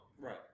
Right